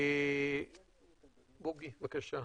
בוגי, בבקשה.